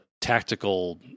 tactical